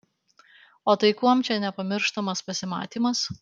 o tai kuom čia nepamirštamas pasimatymas